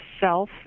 self